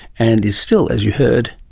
and is still, as you heard,